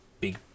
big